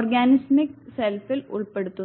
organismic സെൽഫിൽ ഉൾപ്പെടുന്നു